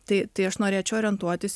tai tai aš norėčiau orientuotis